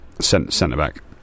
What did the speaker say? Centre-back